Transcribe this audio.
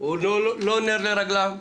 הוא לא נר לרגלם,